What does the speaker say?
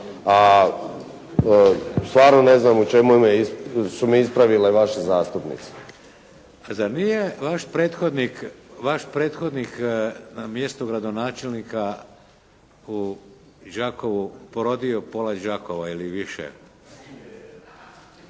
A stvarno ne znam o čemu su me ispravili vaši zastupnici. **Šeks, Vladimir (HDZ)** Zar nije vaš prethodnik na mjestu gradonačelnika u Đakovu porodio pola Đakova i više.